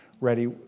ready